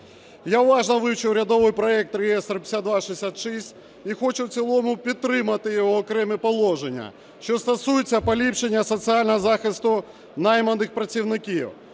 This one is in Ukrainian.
Я уважно вивчив урядовий проект (реєстр. 5266) і хочу в цілому підтримати його окремі положення, що стосуються поліпшення соціального захисту найманих працівників.